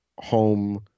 home